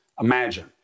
Imagine